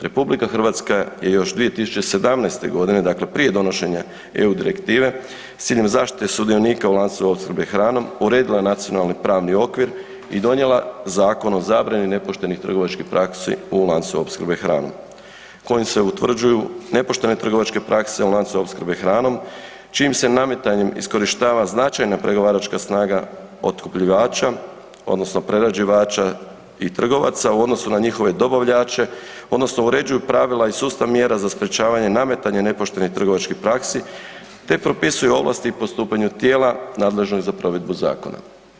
RH je još 2017. g. dakle prije donošenja EU direktive s ciljem zaštite sudionika u lancu opskrbe hranom, uredila nacionalni pravni okvir i donijela Zakon o zabrani nepoštenih trgovačkih praksi u lancu opskrbe hranom kojim se utvrđuju nepoštene trgovačke prakse u lancu opskrbe hranom čijim se nametanjem iskorištava značajna pregovaračka snaga otkupljivača odnosno prerađivača i trgovaca u odnosu na njihove dobavljače odnosno uređuju pravila i sustav mjera za sprječavanje nametanja nepoštenih trgovačkih praksi te propisuju ovlasti i postupanja tijela nadležnih za provedbu zakona.